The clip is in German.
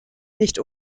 nicht